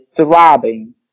throbbing